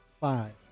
five